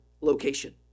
location